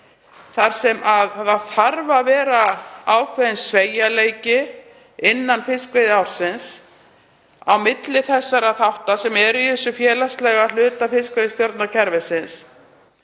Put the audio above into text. Það þarf að vera ákveðinn sveigjanleiki innan fiskveiðiársins á milli þeirra þátta sem eru í þessum félagslega hluta fiskveiðistjórnarkerfisins,